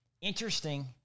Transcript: Interesting